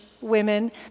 women